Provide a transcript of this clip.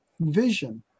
vision